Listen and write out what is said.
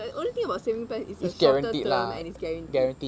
no the only thing about savings plan is it's a shorter term and it's guaranteed